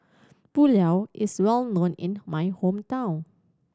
pulao is well known in my hometown